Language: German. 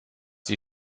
die